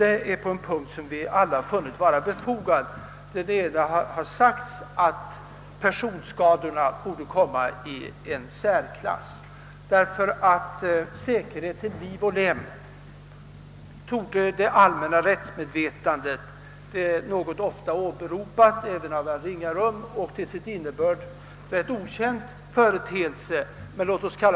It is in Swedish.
Det gäller en punkt där vi alla varit överens, nämligen beträffande personskadorna, vilka som framhållits borde komma i en särklass.